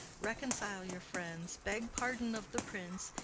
reconcile your friends, beg pardon of the prince,